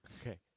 Okay